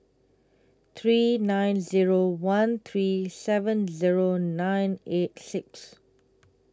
three nine Zero one three seven Zero nine eight six